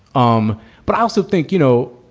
um but i also think, you know,